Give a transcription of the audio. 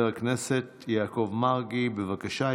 מס' 1214. חבר הכנסת יעקב מרגי, בבקשה.